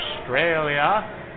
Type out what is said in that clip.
Australia